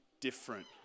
different